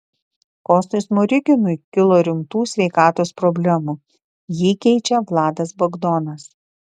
kostui smoriginui kilo rimtų sveikatos problemų jį keičia vladas bagdonas